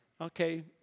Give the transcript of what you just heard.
Okay